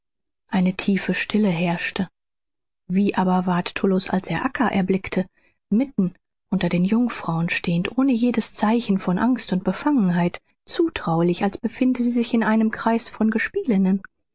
eine tiefe stille herrschte wie aber ward tullus als er acca erblickte mitten unter den jungfrauen stehend ohne jedes zeichen von angst und befangenheit zutraulich als befinde sie sich in einem kreise von gespielinnen